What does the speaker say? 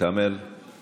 כמאל מריח,